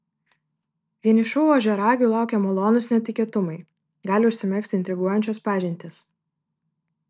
vienišų ožiaragių laukia malonūs netikėtumai gali užsimegzti intriguojančios pažintys